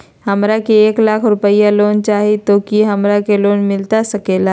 हमरा के एक लाख रुपए लोन चाही तो की हमरा के लोन मिलता सकेला?